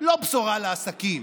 לא בשורה לעסקים,